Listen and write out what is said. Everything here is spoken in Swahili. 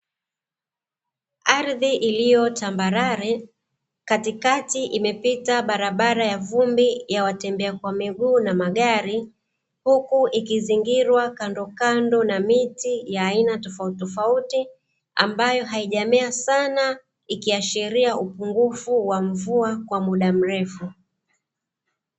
Ardhi iliyo tambarare, katikati imepita barabara ya vumbi ya watembea kwa miguu na magari huku ikizingirwa kandokando na miti ya aina tofautitofauti ambayo haijamea sana. Ikiashiria upungufu wa mvua kwa muda mrefu.